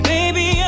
Baby